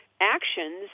actions